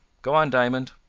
go on diamond.